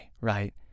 right